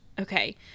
Okay